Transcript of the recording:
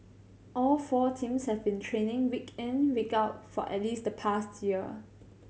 all four teams have been training week in week out for at least the past year